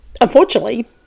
unfortunately